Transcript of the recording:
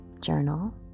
journal